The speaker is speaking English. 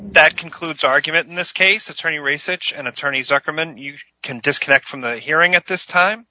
that concludes argument in this case attorney research and attorneys recommend you can disconnect from the hearing at this time